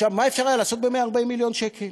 עכשיו, מה היה אפשר לעשות ב-140 מיליון שקל?